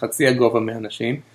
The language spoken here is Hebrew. חצי הגובה מאנשים.